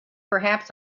perhaps